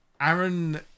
Aaron